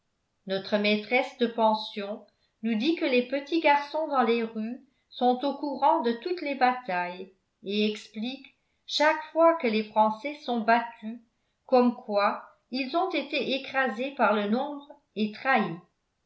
notre maîtresse de pension nous dit que les petits garçons dans les rues sont au courant de toutes les batailles et expliquent chaque fois que les français sont battus comme quoi ils ont été écrasés par le nombre et trahis